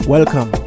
Welcome